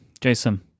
jason